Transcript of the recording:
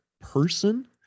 person